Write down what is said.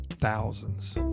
thousands